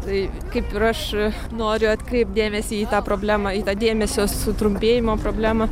tai kaip ir aš noriu atkreipt dėmesį į tą problemą į tą dėmesio sutrumpėjimo problemą